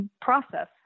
process